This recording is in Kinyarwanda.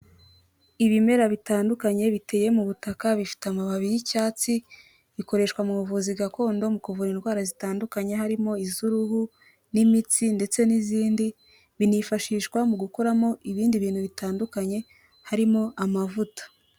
Ibimera bitandukanye biteye mu butaka bifite amababi y'icyatsi. Bikoreshwa mu buvuzi gakondo mu kuvura indwara zitandukanye harimo iz'uruhu, n'imitsi ndetse n'izindi. Binifashishwa mu gukoramo ibindi bintu bitandukanye harimo amavuta.